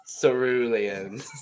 Cerulean